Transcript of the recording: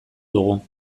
dugu